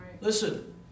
Listen